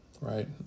right